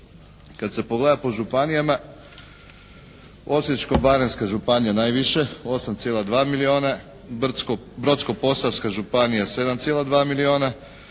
Kad se pogleda po županijama Osječko-baranjska županija najviše 8,2 milijuna, Brodsko-posavska županija 7,2 milijuna,